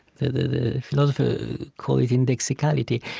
the philosophers call it indexicality.